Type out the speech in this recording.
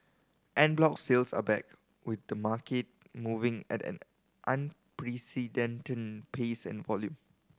en bloc sales are back with the market moving at an unprecedented pace and volume